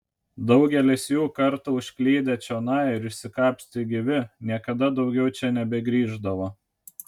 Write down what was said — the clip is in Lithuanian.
daugelis jų kartą užklydę čionai ir išsikapstę gyvi niekada daugiau čia nebegrįždavo